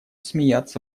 смеяться